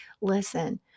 listen